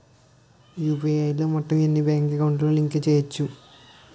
UPI లో మొత్తం ఎన్ని బ్యాంక్ అకౌంట్ లు లింక్ చేయచ్చు?